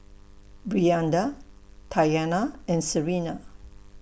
Brianda Taina and Serena